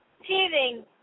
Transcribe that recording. teething